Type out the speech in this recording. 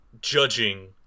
judging